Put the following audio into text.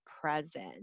present